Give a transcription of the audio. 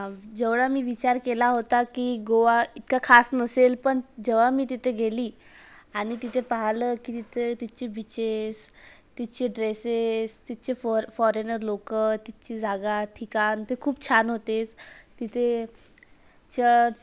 जेवळं मी विचार केला होता की गोवा इतकं खास नसेल पण जेव्हा मी तिथं गेली आणि तिथे पाहलं की तिथं तिथचे बीचेस तिथचे ड्रेसेस तिथचे फोर फॉरेनर लोकं तिथची जागा ठिकाण ते खूप छान होतेच तिथे चर्च